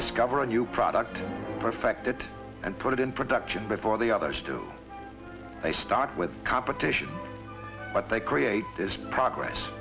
discover a new product perfected and put it in production before the others do they start with competition but they create this progress